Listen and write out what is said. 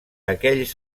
aquells